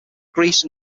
greece